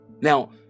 now